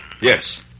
Yes